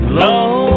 low